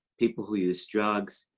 people who use drugs,